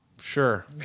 Sure